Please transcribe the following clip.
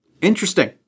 Interesting